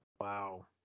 Wow